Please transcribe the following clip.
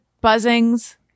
buzzings